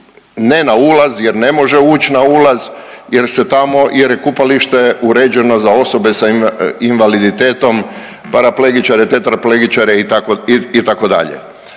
ne na ulaz jer ne može uć na ulaz jer se tamo jer je kupalište uređeno za osobe s invaliditetom, paraplegičare, tetraplegičare itd.